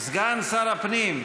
סגן שר הפנים,